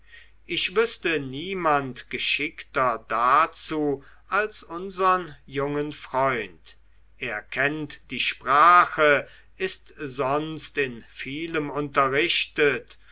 ich wüßte niemand geschickter dazu als unsern jungen freund er kennt die sprache ist sonst in vielem unterrichtet